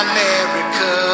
America